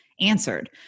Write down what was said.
answered